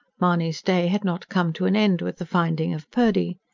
mahony's day had not come to an end with the finding of purdy.